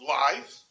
life